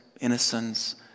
innocence